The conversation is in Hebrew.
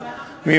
ואנחנו,